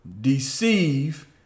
deceive